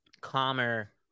calmer